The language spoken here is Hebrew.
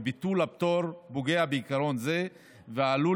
וביטול הפטור פוגע בעיקרון זה ועלול